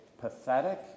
pathetic